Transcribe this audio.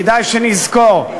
כדאי שנזכור,